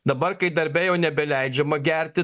dabar kai darbe jau nebeleidžiama gerti